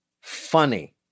funny